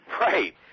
Right